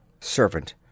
Servant